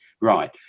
Right